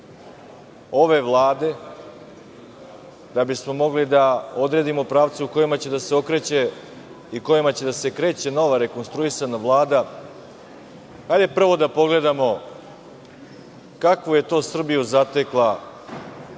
ove Vlade, da bismo mogli da odredimo pravce u kojima će da se okreće i u kojima će da se kreće nova rekonstruisana Vlada, hajde prvo da pogledamo kakvu je to Srbiju zatekla